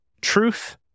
Truth